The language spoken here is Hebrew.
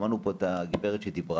שמענו פה את הגברת שדיברה,